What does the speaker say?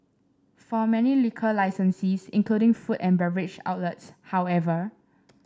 for many liquor licensees including food and beverage outlets however